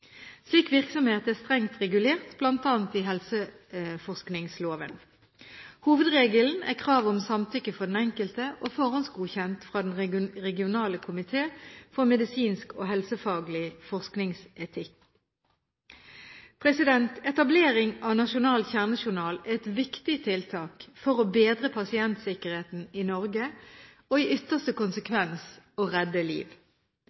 Slik virksomhet er strengt regulert bl.a. i helseforskningsloven. Hovedregelen er krav om samtykke fra den enkelte og forhåndsgodkjenning fra Den regionale komité for medisinsk og helsefaglig forskningsetikk. Etablering av nasjonal kjernejournal er et viktig tiltak for å bedre pasientsikkerheten i Norge, og i ytterste konsekvens redde liv.